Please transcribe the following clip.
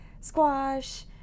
squash